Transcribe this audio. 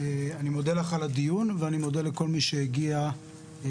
אני מודה לך על הדיון ואני מודה לכל מי שהגיע לוועדה.